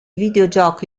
videogioco